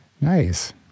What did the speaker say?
Nice